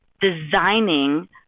designing